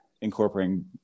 incorporating